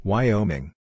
Wyoming